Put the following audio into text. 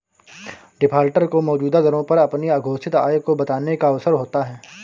defaulter को मौजूदा दरों पर अपनी अघोषित आय को बताने का अवसर होता है